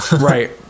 Right